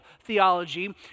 theology